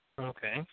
Okay